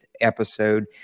episode